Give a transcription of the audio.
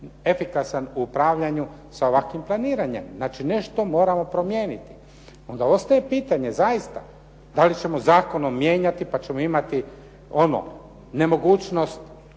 efikasan u upravljanju sa ovakvim planiranjem. Znači nešto moramo promijeniti. Onda ostaje pitanje zaista da li ćemo zakonom mijenjati pa ćemo imati ono, nemogućnost